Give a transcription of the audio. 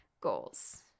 goals